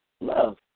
Love